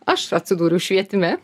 aš atsidūriau švietime